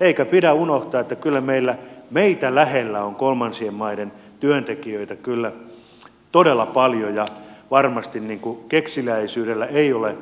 eikä pidä unohtaa että meitä lähellä on kolmansien maiden työntekijöitä kyllä todella paljon ja varmasti kekseliäisyydellä ei ole